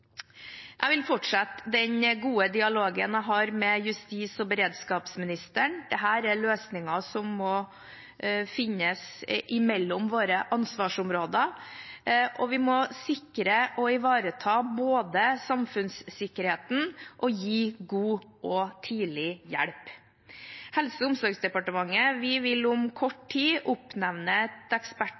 Jeg vil fortsette den gode dialogen jeg har med justis- og beredskapsministeren. Dette er løsninger som må finnes mellom våre ansvarsområder, og vi må sikre at vi både ivaretar samfunnssikkerheten og gir god og tidlig hjelp. Helse- og omsorgsdepartementet vil om kort tid oppnevne et